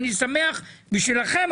אני שמח בשבילכם,